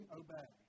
obey